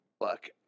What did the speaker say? Look